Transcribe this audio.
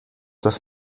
das